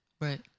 Right